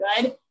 good